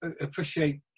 appreciate